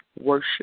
worship